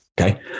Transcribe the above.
Okay